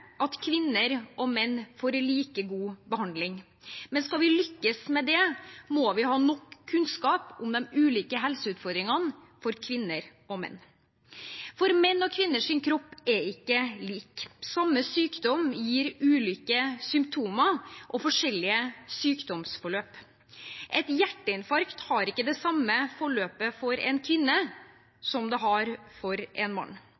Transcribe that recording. at kvinner og menn får like god behandling, men skal vi lykkes med det, må vi ha nok kunnskap om de ulike helseutfordringene for kvinner og menn. For menn og kvinners kropp er ikke lik. Samme sykdom gir ulike symptomer og forskjellige sykdomsforløp. Et hjerteinfarkt har ikke det samme forløpet for en kvinne som det har for en mann.